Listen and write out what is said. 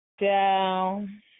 Down